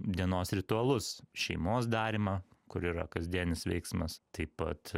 dienos ritualus šeimos darymą kur yra kasdienis veiksmas taip pat